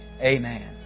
Amen